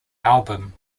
album